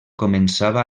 començava